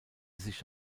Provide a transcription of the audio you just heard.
sich